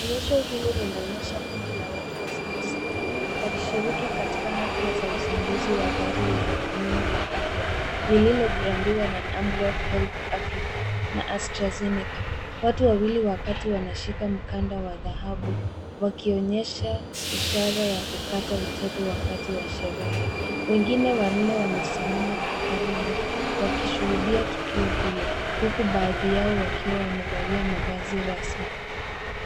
Onyesho hili linaonyesha kundi la watu wazima sita. Wakishiriki katika hafla ya uzinduzi wa gari la rununu la afya lililobrandiwa na Amref Health Africa na AstraZeneca . Watu wawili wakati wanashika mukanda wa dhahabu wakionyesha ishara ya kukata utepe wakati wa sherehe. Wengine wanne wamesimama karibu wakishuhudia tukio hilo huku baadhi yao wakiwa wamevalia mavazi rasmi.